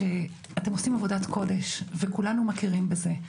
שאתם עושים עבודת קודש וכולנו מכירים בזה.